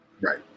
right